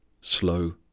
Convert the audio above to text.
slow